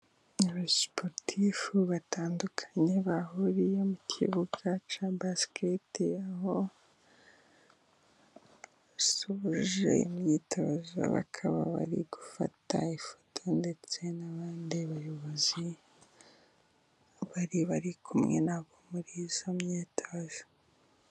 abasiporutifu batandukanye bahuriye mu kibuga cya basikete, aho basoje imyitozo bakaba bari gufata ifoto, ndetse n'abandi bayobozi bari bari kumwe na bo muri iyo myitozo.